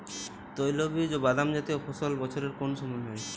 তৈলবীজ ও বাদামজাতীয় ফসল বছরের কোন সময় হয়?